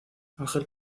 ángel